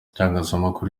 itangazamakuru